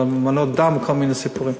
על מנות דם וכל מיני סיפורים.